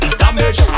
damage